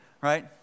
right